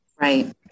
Right